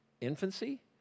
Infancy